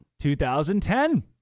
2010